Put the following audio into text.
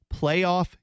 playoff